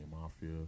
mafia